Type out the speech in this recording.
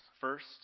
first